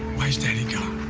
why is daddy gone?